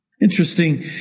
Interesting